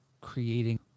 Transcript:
creating